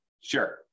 Sure